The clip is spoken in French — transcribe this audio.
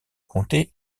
comté